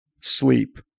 sleep